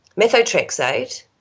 methotrexate